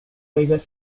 vegas